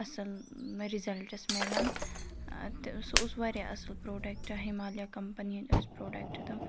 اَصٕل رِزَلٹٕس ملان تہٕ سُہ اوس واریاہ اَصٕل پرٛوڈَکٹ ہِمالیہ کَمپٔنی ہُنٛد ٲس پرٛوڈَکٹ تِم